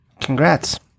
Congrats